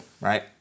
right